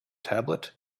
tablet